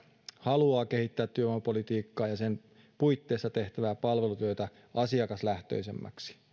haluaa kehittää työvoimapolitiikkaa ja sen puitteissa tehtävää palvelutyötä asiakaslähtöisemmäksi